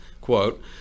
quote